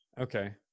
Okay